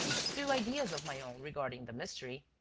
a few ideas of my own regarding the mystery.